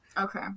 Okay